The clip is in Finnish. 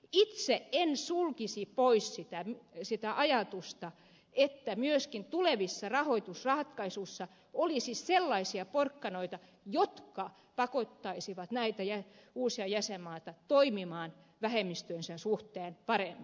itse en sulkisi pois sitä ajatusta että myöskin tulevissa rahoitusratkaisuissa olisi sellaisia porkkanoita jotka pakottaisivat näitä uusia jäsenmaita toimimaan vähemmistönsä suhteen paremmin